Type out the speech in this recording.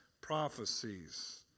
prophecies